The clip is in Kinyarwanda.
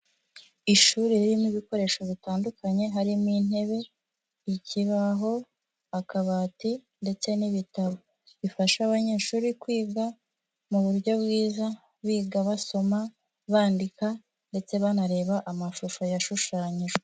Ishuri ririmo ibikoresho bitandukanye harimo intebe, ikibaho akabati ndetse n'ibitabo, bifasha abanyeshuri kwiga mu buryo bwiza, biga basoma bandika ndetse banareba amashusho yashushanyijwe.